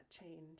change